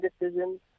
decisions